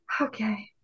Okay